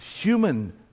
human